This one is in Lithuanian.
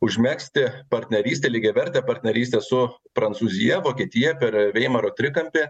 užmegzti partnerystę lygiavertę partnerystę su prancūzija vokietija per veimario trikampį